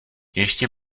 ještě